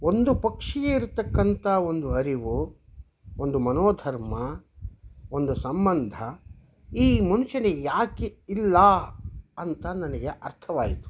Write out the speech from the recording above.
ಒಂದು ಪಕ್ಷಿಗೆ ಇರತಕ್ಕಂತ ಒಂದು ಅರಿವು ಒಂದು ಮನೋಧರ್ಮ ಒಂದು ಸಂಬಂಧ ಈ ಮನುಷ್ಯನಿಗೆ ಯಾಕೆ ಇಲ್ಲ ಅಂತ ನನಗೆ ಅರ್ಥವಾಯಿತು